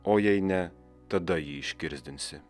o jei ne tada jį iškirsdinsi